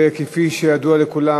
כפי שידוע לכולם,